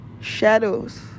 shadows